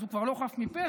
אז הוא כבר לא חף מפשע,